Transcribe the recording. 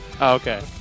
Okay